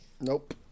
Nope